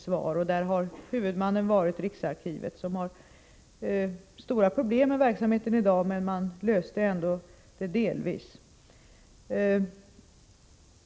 Huvudmannen har här varit riksarkivet, som har stora problem med verksamheten i dag men som ändå delvis kunnat lösa denna fråga.